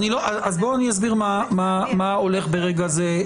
בואו אני אסביר מה הולך להיות ברגע זה.